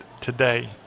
today